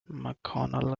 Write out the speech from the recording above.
mcconnell